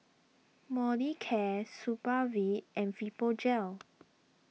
Molicare Supravit and Fibogel